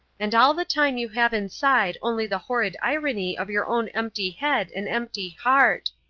and all the time you have inside only the horrid irony of your own empty head and empty heart.